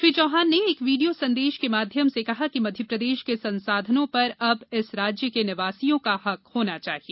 श्री चौहान ने एक वीडियो संदेश के माध्यम से कहा कि मध्यप्रदेश के संसाधनों पर अब इस राज्य के निवासियों का हक होना चाहिए